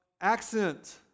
accent